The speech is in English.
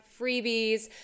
freebies